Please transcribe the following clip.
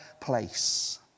place